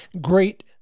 great